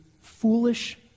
foolish